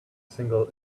single